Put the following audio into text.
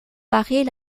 paraît